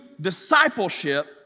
discipleship